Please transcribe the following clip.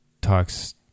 talks